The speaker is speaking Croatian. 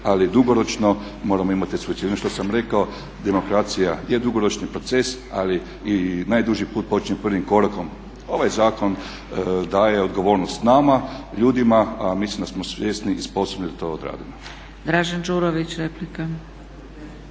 ali dugoročno moramo imati suosjećanje. I ono što sam rekao demokracija je dugoročni proces ali i najduži put počinje prvim korakom. Ovaj zakon daje odgovornost nama ljudima a mislim da smo svjesni i sposobni da to odradimo.